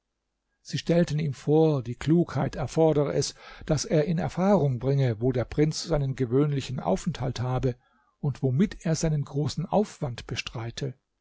sie stellten ihm vor die klugheit erfordere es daß er in erfahrung bringe wo der prinz seinen gewöhnlichen aufenthalt habe und womit er seinen großen aufwand bestreite